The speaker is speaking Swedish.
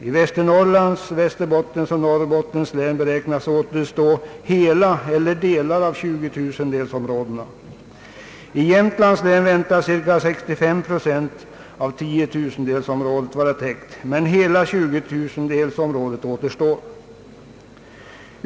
I Västernorrlands, Västerbottens och Norrbottens län beräknas återstå hela eller delar av 20 000 delsområdena. När det gäller Jämtlands län väntas cirka 65 procent av 10 000 delsområdet vara täckt men hela 20 000 delsområdet återstå.